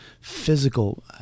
physical